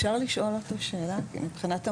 אפשר לשאול אותו שאלה מבחינת המנגנון?